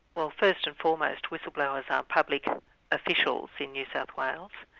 well first and foremost, whistleblowers are public ah officials in new south wales.